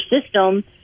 system –